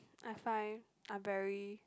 I find I'm very